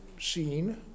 seen